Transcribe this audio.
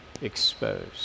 exposed